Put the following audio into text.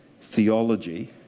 theology